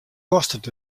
kostet